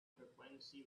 frequency